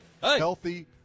healthy